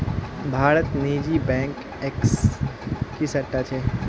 भारतत निजी बैंक इक्कीसटा छ